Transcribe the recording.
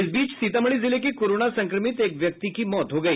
इस बीच सीतामढ़ी जिले के कोरोना संक्रमित एक व्यक्ति की मौत हो गई